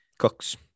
Cooks